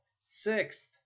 Sixth